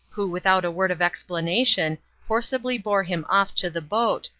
who without a word of explanation forcibly bore him off to the boat,